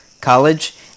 college